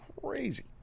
crazy